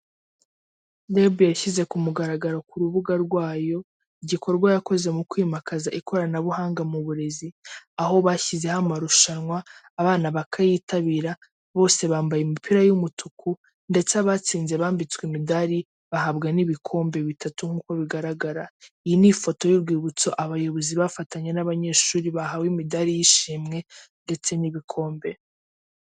Rebu (REB) yashyize ku mugaragaro ku rubuga rwayo igikorwa yakoze mu kwimakaza ikoranabuhanga mu burezi aho bashyizeho amarushanwa ,abana bakayitabira bose bambaye imipira y'umutuku ndetse abatsinze bambitswe imidari bahabwa n'ibikombe bitatu nk'uko bigaragara. Iyi ni ifoto y'urwibutso abayobozi bafatanya n'abanyeshuri bahawe imidari y'ishimwe ndetse n'ibikombe.